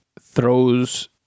throws